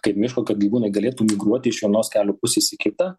kaip miško kad gyvūnai galėtų migruoti iš vienos kelio pusės į kitą